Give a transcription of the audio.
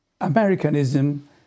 Americanism